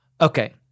Okay